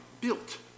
built